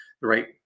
right